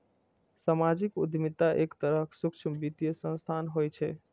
सामाजिक उद्यमिता एक तरहक सूक्ष्म वित्तीय संस्थान होइ छै